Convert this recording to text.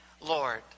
Lord